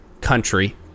country